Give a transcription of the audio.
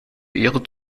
ihre